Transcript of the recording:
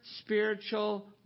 spiritual